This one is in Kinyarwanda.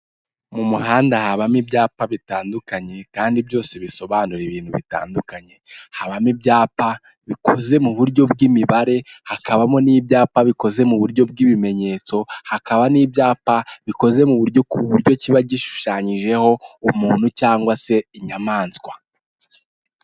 Mu muhanda habamo ibyapa bitandukanye kandi byose bisobanura ibintu bitandukanye, habamo ibyapa bikoze mu buryo bw'imibare, hakabamo n'ibyapa bikoze mu buryo bw'ibimenyetso, hakaba n'ibyapa bikoze mu buryo ku buryo kiba gishushanyijeho umuntu cyangwa se inyamaswa.